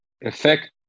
effect